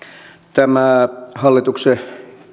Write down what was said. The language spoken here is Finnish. tämä hallituksen